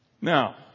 Now